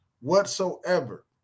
whatsoever